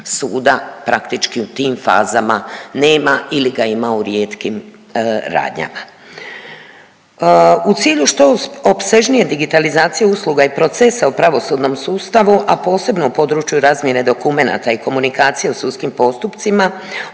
suda praktički u tim fazama nema ili ga ima u rijetkim radnjama. U cilju što opsežnije digitalizacije usluga i procesa u pravosudnom sustavu, a posebno u području razmjene dokumenata i komunikacije u sudskim postupcima